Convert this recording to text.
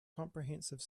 comprehensive